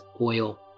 oil